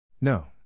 No